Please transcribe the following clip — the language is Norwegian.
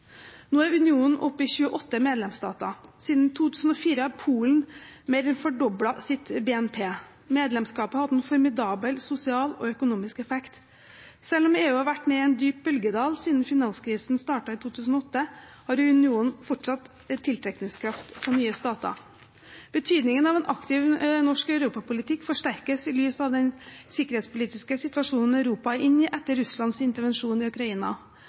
Nå er unionen oppe i 28 medlemsstater. Siden 2004 har Polen mer enn fordoblet sitt BNP. Medlemskapet har hatt en formidabel sosial og økonomisk effekt. Selv om EU har vært nede i en dyp bølgedal siden finanskrisen startet i 2008, har unionen fortsatt en tiltrekningskraft på nye stater. Betydningen av en aktiv norsk europapolitikk forsterkes i lys av den sikkerhetspolitiske situasjonen Europa er inne i etter Russlands intervensjon i Ukraina